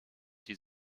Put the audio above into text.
die